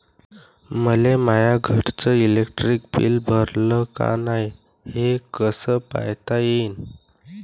मले माया घरचं इलेक्ट्रिक बिल भरलं का नाय, हे कस पायता येईन?